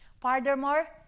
Furthermore